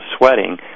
sweating